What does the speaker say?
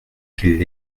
qu’il